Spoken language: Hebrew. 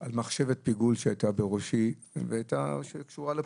על מחשבת פיגול שהייתה בראשי שקשורה לפוליטיקה.